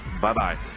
Bye-bye